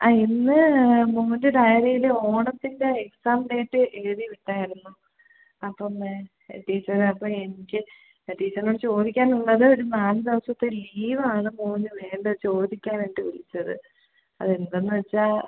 ആ ഇന്ന് മോൻ്റെ ഡയറീല് ഓണത്തിൻ്റെ എക്സാം ഡേറ്റ് എഴുതി വിട്ടായിരുന്നു അപ്പം ടീച്ചറെ അപ്പം എനിക്ക് ടീച്ചറിനോട് ചോദിക്കാനുള്ളത് ഒരു നാല് ദിവസത്തെ ലീവാണ് മോന് വേണ്ടത് ചോദിക്കാനായിട്ട് വിളിച്ചത് അതെന്തന്ന് വെച്ചാൽ